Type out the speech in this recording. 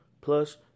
Plus